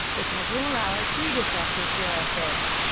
because all our predecessors were thick?